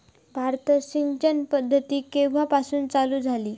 भारतात सिंचन पद्धत केवापासून चालू झाली?